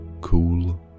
cool